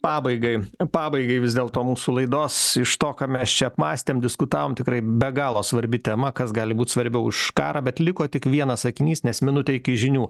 pabaigai pabaigai vis dėlto mūsų laidos iš to ką mes čia apmąstėm diskutavom tikrai be galo svarbi tema kas gali būt svarbiau už karą bet liko tik vienas sakinys nes minutė iki žinių